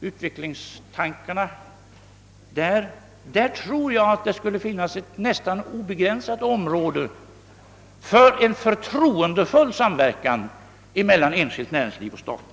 På detta område tror jag att det finns nästan obegränsade behov av och möjligheter till ett förtroendefullt samarbete mellan enskilt näringsliv och staten.